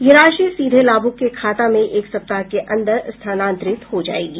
यह राशि सीधे लाभुक के खाता में एक सप्ताह के अंदर स्थानांतरित हो जायेगी